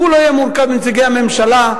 כולו יהיה מורכב מנציגי הממשלה.